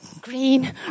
green